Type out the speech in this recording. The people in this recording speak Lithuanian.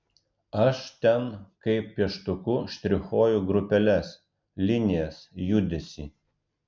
aš ten kaip pieštuku štrichuoju grupeles linijas judesį